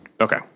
Okay